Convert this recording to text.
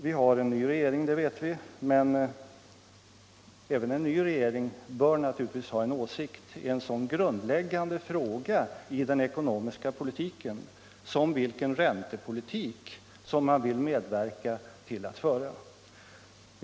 Vi har en ny regering — det vet vi — men även en ny regering bör naturligtvis ha en åsikt i en så grundläggande fråga i den ckonomiska politiken som vilken räntepolitik man vill medverka till att föra.